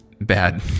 bad